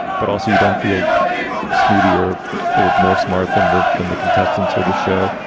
but also you don't feel snooty or or more smart than that than the contestants or the show.